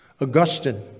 Augustine